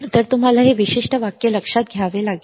तर तुम्हाला हे विशिष्ट वाक्य लक्षात घ्यावे लागेल